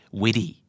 witty